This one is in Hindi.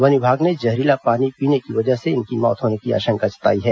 वन विभाग ने जहरीला पानी पीने की वजह से इनकी मौत होने की आशंका जताई है